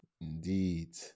Indeed